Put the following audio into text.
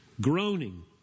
Groaning